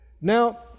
Now